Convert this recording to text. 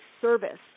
service